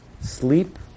sleep